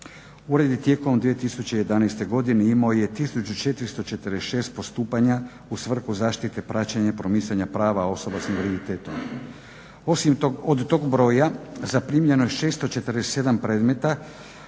Ured je tijekom 2011. godine imao je tisuću 446 postupanja u svrhu zaštite, praćenja i promicanja prava osoba s invaliditetom. Osim od tog broja zaprimljeno je 647 predmeta